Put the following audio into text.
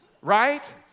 Right